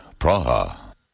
Praha